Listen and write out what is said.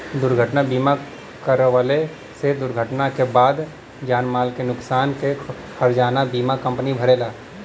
दुर्घटना बीमा करवले से दुर्घटना क बाद क जान माल क नुकसान क हर्जाना बीमा कम्पनी भरेला